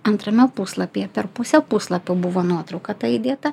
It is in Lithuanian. antrame puslapyje per pusę puslapio buvo nuotrauka ta įdėta